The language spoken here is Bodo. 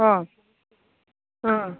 अ ओं